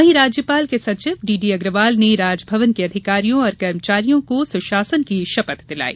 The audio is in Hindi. वहीं राज्यपाल के सचिव डीडी अग्रवाल ने राजभवन के अधिकारियों और कर्मचारियों को सुशासन की शपथ दिलाई